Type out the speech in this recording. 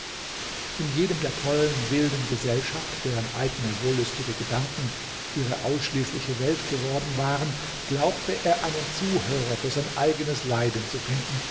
in jedem der tollen wilden gesellschaft deren eigne wollüstige gedanken ihre ausschließliche welt geworden waren glaubte er einen zuhörer für sein eigenes leiden zu finden